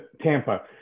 Tampa